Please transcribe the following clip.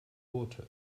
water